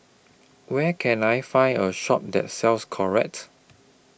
Where Can I Find A Shop that sells Caltrate